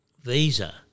visa